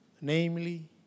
namely